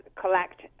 collect